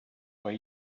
why